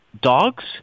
dogs